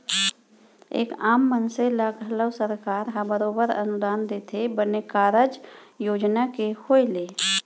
एक आम मनसे ल घलौ सरकार ह बरोबर अनुदान देथे बने कारज योजना के होय ले